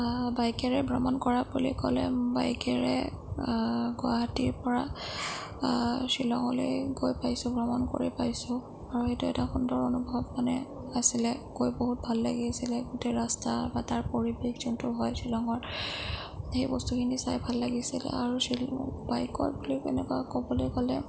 বাইকেৰে ভ্ৰমণ কৰা বুলি ক'লে বাইকেৰে গুৱাহাটীৰপৰা শ্বিলঙলৈ গৈ পাইছোঁ ভ্ৰমণ কৰি পাইছোঁ আৰু এইটো এটা সুন্দৰ অনুভৱ মানে আছিলে গৈ বহুত ভাল লাগিছিলে গোটেই ৰাস্তা বা তাৰ পৰিৱেশ যোনটো হয় শ্বিলঙৰ সেই বস্তুখিনি চাই ভাল লাগিছিল আৰু ছিল বাইকত বুলি তেনেকুৱা ক'বলৈ গ'লে